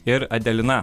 ir adelina